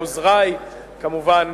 לעוזרי כמובן,